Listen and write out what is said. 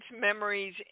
memories